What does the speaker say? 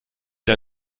der